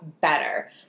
better